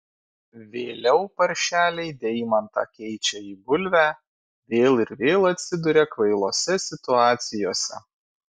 vėliau paršeliai deimantą keičia į bulvę vėl ir vėl atsiduria kvailose situacijose